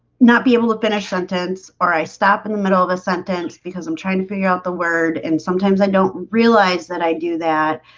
not be able to finish sentence or i stop in the middle of a sentence because i'm trying to figure out the word and sometimes i don't realize that i do that